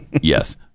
Yes